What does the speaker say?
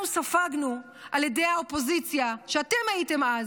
ספגנו על ידי האופוזיציה שאתם הייתם אז